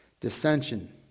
dissension